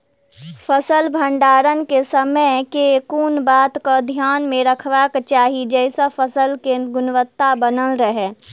फसल भण्डारण केँ समय केँ कुन बात कऽ ध्यान मे रखबाक चाहि जयसँ फसल केँ गुणवता बनल रहै?